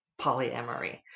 polyamory